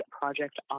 project